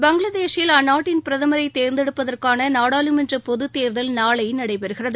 பங்களாதேசில் அந்நாட்டின் பிரதமரை தேர்ந்தெடுப்பதற்காள நாடாளுமன்ற பொதுத்தேர்தல் நாளை நடைபெறுகிறது